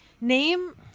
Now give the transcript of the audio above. name